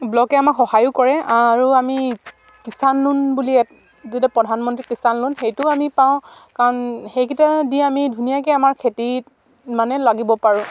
ব্লকে আমাক সহায়ো কৰে আৰু আমি কিষাণ লোণ বুলি দিয়া প্ৰধানমন্ত্ৰী কিষাণ লোণ সেইটো আমি পাওঁ কাৰণ সেইকেইটা দি আমি ধুনীয়াকে আমাৰ খেতিত মানে লাগিব পাৰোঁ